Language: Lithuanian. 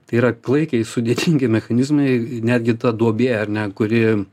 tai yra klaikiai sudėtingi mechanizmai netgi ta duobė ar ne kuri